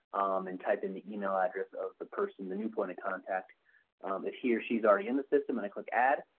and type in the email address of the person, the new point of contact if he or she's already in the system and i click add.